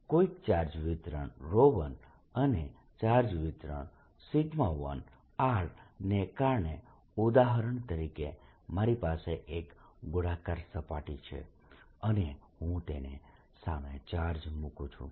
કોઈક ચાર્જ વિતરણ 1અને ચાર્જ વિતરણ 1 ને કારણે ઉદાહરણ તરીકે મારી પાસે એક ગોળાકાર સપાટી છે અને હું તેની સામે ચાર્જ મુકું છું